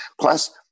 Plus